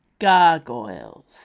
gargoyles